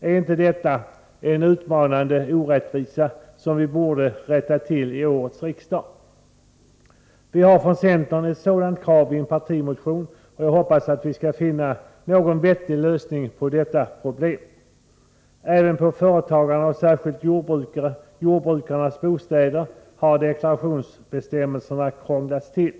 Är inte detta en utmanande orättvisa, som vi borde rätta till under detta riksmöte? Vi har från centern ett sådant krav i en partimotion, och jag hoppas att vi skall kunna finna en vettig lösning på detta problem. Även för företagarnas och särskilt jordbrukarnas bostäder har deklarationsbestämmelserna krånglats till.